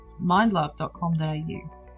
mindlove.com.au